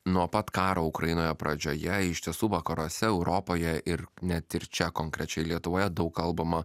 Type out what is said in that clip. nuo pat karo ukrainoje pradžioje iš tiesų vakaruose europoje ir net ir čia konkrečiai lietuvoje daug kalbama